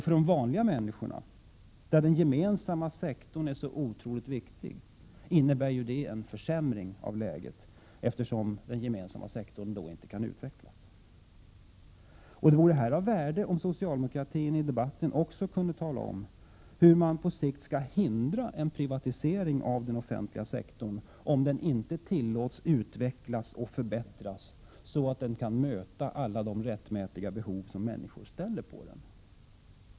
För de vanliga människorna, för vilka den gemensamma sektorn är så otroligt viktig, innebär det en försämring av läget, eftersom den gemensamma sektorn då inte kan utvecklas. Det vore här av värde om socialdemokratin i debatten också kunde talaom Prot. 1987/88:137 hur man på sikt skall förhindra en successiv privatisering av den offentliga 9 juni 1988 sektorn, om den inte tillåts utvecklas och förbättras så att den kan möta alla de rättmätiga krav som människor ställer på den.